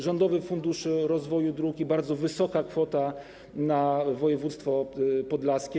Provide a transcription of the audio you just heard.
Rządowy Fundusz Rozwoju Dróg i bardzo wysoka kwota na województwo podlaskie.